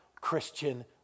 Christian